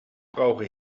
brauche